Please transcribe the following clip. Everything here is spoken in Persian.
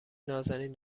نازنین